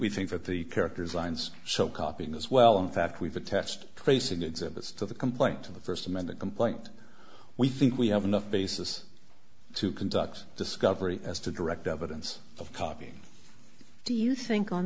we think that the characters lines so copying as well in fact we've attest tracing exhibits to the complaint to the first amended complaint we think we have enough basis to conduct discovery as to direct evidence of copying do you think on